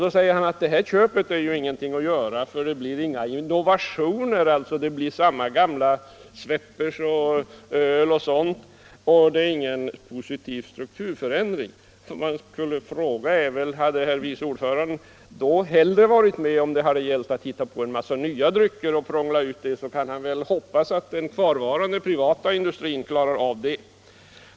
Han sade sedan att det inte är = er något bevänt med det här köpet, eftersom det inte medför några innovationer — det blir samma gamla Schweppes, öl och andra drycker. Det blir heller inga strukturförändringar, sade herr vice ordföranden. Jag skulle då vilja fråga, om han hellre hade varit med på detta köp ifall det gällt att hitta på en massa nya drycker och att prångla ut dem. I så fall kan han väl hoppas på att den kvarvarande privatindustrin klarar den saken.